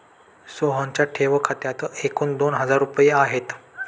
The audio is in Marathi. सोहनच्या ठेव खात्यात एकूण दोन हजार रुपये आहेत